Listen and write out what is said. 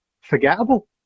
forgettable